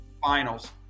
finals